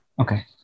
Okay